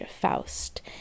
Faust